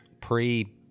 pre